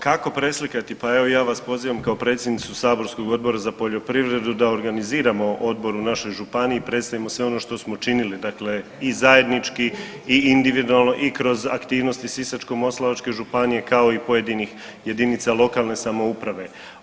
Kako preslikati, pa evo ja vas pozivam kao predsjednicu saborskog Odbora za poljoprivredu da organiziramo odbor u našoj županiji, predstavimo sve ono što smo činili dakle i zajednički i individualno i kroz aktivnosti Sisačko-moslavačke županije kao i pojedinih jedinica lokalne samouprave.